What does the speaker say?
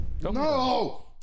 No